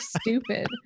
stupid